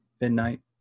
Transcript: midnight